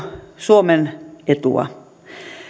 suomen etua